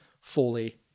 fully